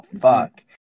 fuck